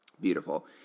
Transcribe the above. Beautiful